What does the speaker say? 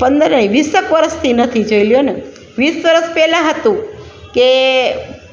પંદર વીસેક વરસથી નથી જોઈ લ્યોને વીસ વર્ષ પહેલાં હતું કે